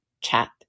chat